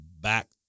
back